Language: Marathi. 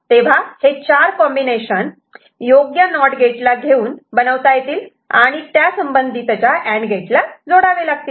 तेव्हा हे चार कॉम्बिनेशन योग्य नॉट गेट घेऊन बनवता येतील आणि त्या संबंधित च्या अँड गेट ला जोडावे लागतील